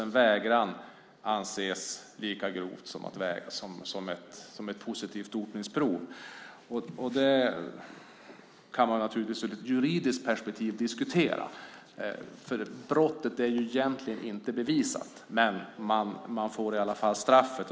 En vägran anses alltså lika grov som ett positivt dopningsprov. Det kan man naturligtvis ur juridiskt perspektiv diskutera. Brottet är egentligen inte bevisat, men man får i alla fall straffet.